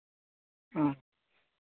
ᱦᱮᱸ